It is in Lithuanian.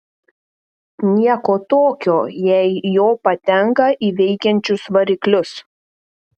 nieko tokio jei jo patenka į veikiančius variklius